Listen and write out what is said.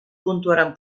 puntuaran